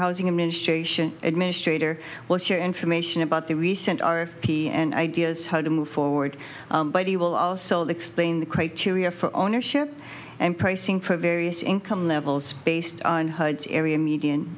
housing administration administrator what's your information about the recent r p and ideas how to move forward but he will also explain the criteria for ownership and pricing previous income levels based on area median